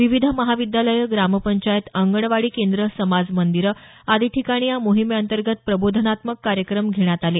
विविध महाविद्यालयं ग्रामपंचायत अंगणवाडी केंद्र समाज मंदिरं आदी ठिकाणी या मोहीमेअंतर्गत प्रबोधनात्मक कार्यक्रम घेण्यात आले